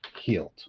healed